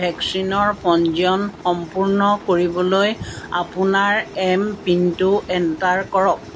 ভেকচিনৰ পঞ্জীয়ন সম্পূৰ্ণ কৰিবলৈ আপোনাৰ এম পিনটো এণ্টাৰ কৰক